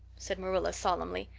said marilla solemnly,